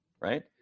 right